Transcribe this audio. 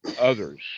others